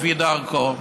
לפי דרכו,